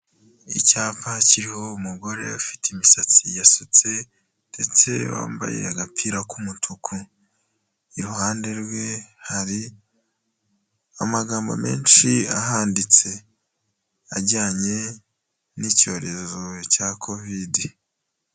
Icyapa kiriho umugore ufite imisatsi yasutse ndetse wambaye agapira k'umutuku, iruhande rwe hari amagambo menshi ahanditse, ajyanye n'icyorezo cya Kovide.